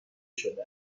شده